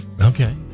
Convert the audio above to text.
Okay